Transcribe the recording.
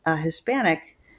Hispanic